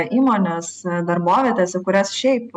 įmones darbovietes į kurias šiaip